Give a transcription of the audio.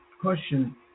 question